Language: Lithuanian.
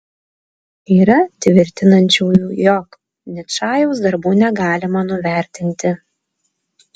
yra tvirtinančiųjų jog ničajaus darbų negalima nuvertinti